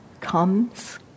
comes